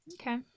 okay